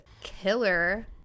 killer